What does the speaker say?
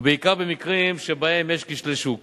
ובעיקר במקרים שבהם יש כשלי שוק